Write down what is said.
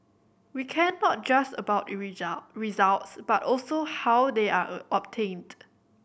we care not just about results but also how they are obtained